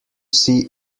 see